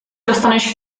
dostaneš